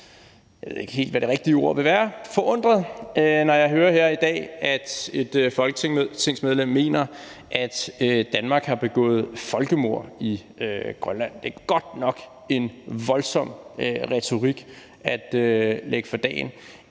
jeg ved ikke helt, hvad det rigtige ord vil være – forundret, når jeg hører her i dag, at et folketingsmedlem mener, at Danmark har begået folkemord i Grønland. Det er godt nok en voldsom retorik at lægge for dagen,